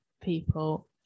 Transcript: people